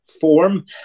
form